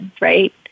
right